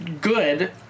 good